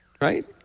Right